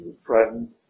friend